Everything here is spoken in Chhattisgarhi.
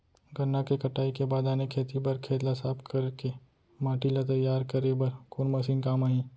गन्ना के कटाई के बाद आने खेती बर खेत ला साफ कर के माटी ला तैयार करे बर कोन मशीन काम आही?